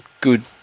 good